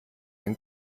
ein